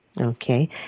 Okay